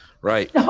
Right